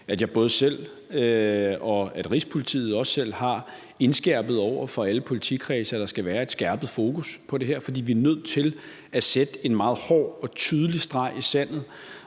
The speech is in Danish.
at både jeg og Rigspolitiet har indskærpet over for alle politikredse, at der skal være et skærpet fokus på det her, for vi er nødt til at trække en meget tydelig streg i sandet.